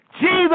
Jesus